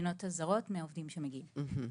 במדינות הזרות מהעובדים שמגיעים לכאן.